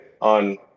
on